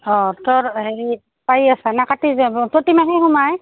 অঁ তোৰ হেৰি পায়েই আছা না কাটি যাব প্ৰতিমাহে সোমায়